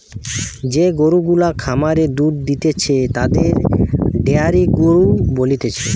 যে গরু গুলা খামারে দুধ দিতেছে তাদের ডেয়ারি গরু বলতিছে